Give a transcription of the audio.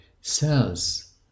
cells